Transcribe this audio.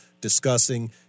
discussing